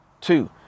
two